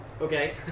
Okay